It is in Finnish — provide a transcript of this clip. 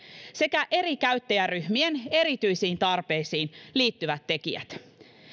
sekä eri käyttäjäryhmien erityisiin tarpeisiin liittyvät tekijät